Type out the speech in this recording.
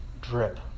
Drip